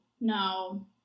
no